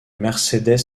mercedes